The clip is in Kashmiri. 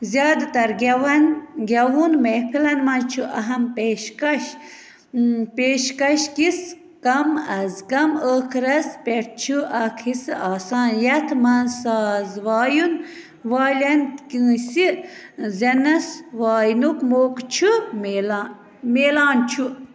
زیادٕ تر گیٚوَن گیٚوُن محفِلن منٛز چھُ أہم پیش کش پیش کش کِس کم از کم ٲخرس پٮ۪ٹھ چھُ اکھ حِصہٕ آسان یَتھ منٛز ساز وایُن والیٚن کٲنٛسہِ زیٚنَس واینُک موقعہٕ چھُ میلان میلان چھُ